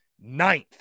ninth